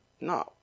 No